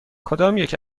کدامیک